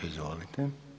Izvolite.